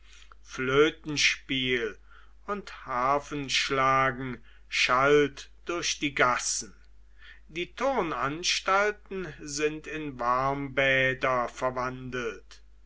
flötenspiel und harfenschlagen schallt durch die gassen die turnanstalten sind in warmbäder verwandelt